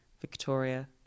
Victoria